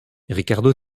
riccardo